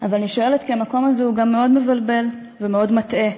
כי המקום הזה הוא גם מאוד מבלבל ומאוד מטעה.